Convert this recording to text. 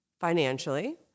financially